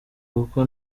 kuko